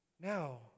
Now